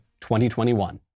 2021